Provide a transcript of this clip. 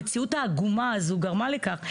המציאות העגומה הזו גרמה לכך,